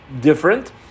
different